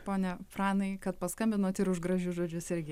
pone pranai kad paskambinot ir už gražius žodžius irgi